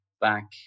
back